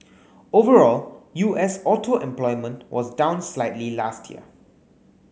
overall U S auto employment was down slightly last year